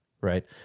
right